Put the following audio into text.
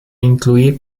incluir